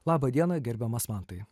laba diena gerbiamas mantai